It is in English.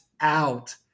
out